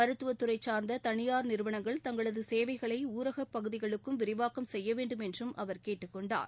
மருத்துவத் துறை சார்ந்த தனியார் நிறுவனங்கள் தங்களது சேவைகளை ஊரகப் பகுதிகளுக்கும் விரிவாக்கம் செய்ய வேண்டும் என்றும் அவர் கேட்டுக் கொண்டார்